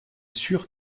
sûr